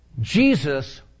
Jesus